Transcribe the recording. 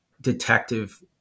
detective